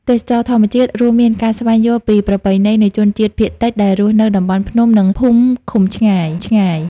ទេសចរណ៍ធម្មជាតិរួមមានការស្វែងយល់ពីប្រពៃណីនៃជនជាតិភាគតិចដែលរស់នៅតំបន់ភ្នំ និងភូមិឃុំឆ្ងាយៗ។